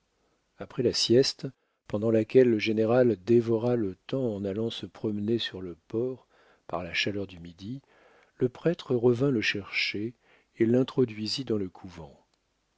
après la sieste pendant laquelle le général dévora le temps en allant se promener sur le port par la chaleur du midi le prêtre revint le chercher et l'introduisit dans le couvent